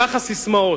כך הססמאות.